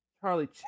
Charlie